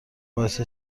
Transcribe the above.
باعث